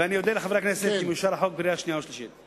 אודה לחברי הכנסת אם החוק יאושר בקריאה שנייה ובקריאה שלישית.